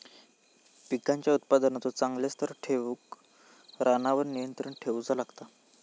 पिकांच्या उत्पादनाचो चांगल्या स्तर ठेऊक रानावर नियंत्रण ठेऊचा लागता